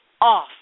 off